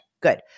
good